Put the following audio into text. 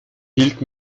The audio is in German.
hielt